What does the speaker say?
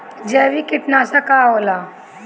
जैविक कीटनाशक का होला?